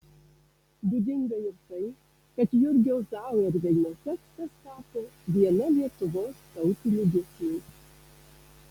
būdinga ir tai kad jurgio zauerveino tekstas tapo viena lietuvos tautinių giesmių